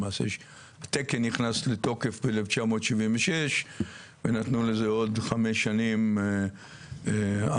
למעשה התקן נכנס לתוקף ב-1976 ונתנו לזה עוד חמש שנים המתנה,